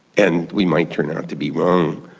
and we might turn out to be wrong,